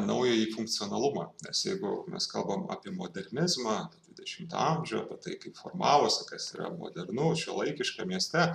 naująjį funkcionalumą nes jeigu mes kalbam apie modernizmą dvidešimtą amžių tai kaip formavosi kas yra modernu šiuolaikiška mieste